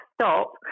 stop